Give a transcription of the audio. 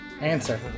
answer